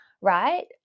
right